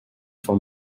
for